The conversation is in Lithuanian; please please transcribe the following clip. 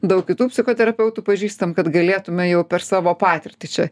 daug kitų psichoterapeutų pažįstam kad galėtume jau per savo patirtį čia